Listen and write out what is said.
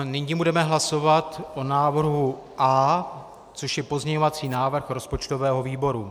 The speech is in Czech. Nyní budeme hlasovat o návrhu A, což je pozměňovací návrh rozpočtového výboru.